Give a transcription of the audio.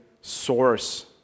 source